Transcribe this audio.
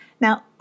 now